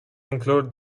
include